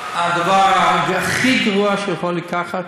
הדבר הכי גרוע שיכול לקרות,